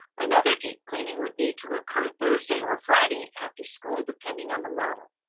another deep cleaning would need to occur thursday or friday after school, depending on the model.